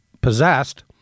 possessed